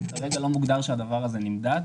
כרגע לא מוגדר שהדבר הזה נמדד,